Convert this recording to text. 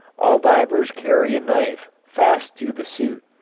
all divers carry a knife fast to the suit.